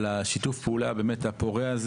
על שיתוף הפעולה הפורה.